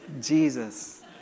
Jesus